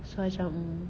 so macam